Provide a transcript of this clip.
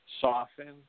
soften